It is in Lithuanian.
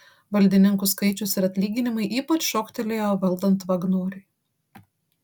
valdininkų skaičius ir atlyginimai ypač šoktelėjo valdant vagnoriui